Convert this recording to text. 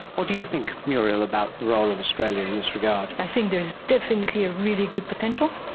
what do you think, muriel, about the role of australia in this regard? i think there is definitely a really good potential.